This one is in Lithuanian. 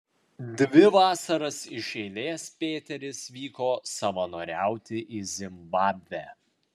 dvi vasaras iš eilės pėteris vyko savanoriauti į zimbabvę